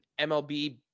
MLB